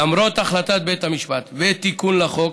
למרות החלטת בית המשפט והתיקון לחוק,